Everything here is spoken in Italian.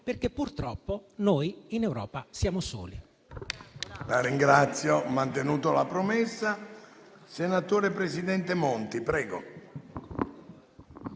perché purtroppo noi in Europa siamo soli.